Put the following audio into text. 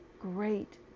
great